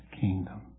kingdom